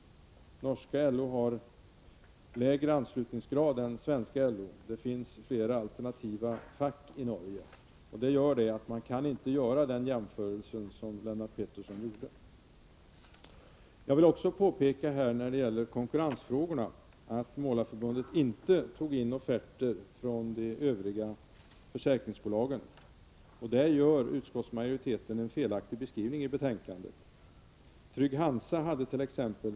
Norska LO har lägre anslutningsgrad än svenska LO. Det finns flera alternativa fack i Norge. Det gör att man inte kan göra den jämförelse som Lennart Pettersson gjorde. Jag vill också påpeka, när det gäller konkurrensfrågorna, att Målareförbundet inte tog in offerter från de övriga försäkringsbolagen. Där gör utskottsmajoriteten en felaktig beskrivning i betänkandet. Trygg-Hansa hadet.ex.